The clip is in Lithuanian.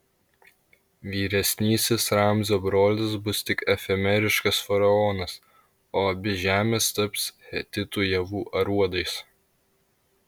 vyresnysis ramzio brolis bus tik efemeriškas faraonas o abi žemės taps hetitų javų aruodais